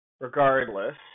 regardless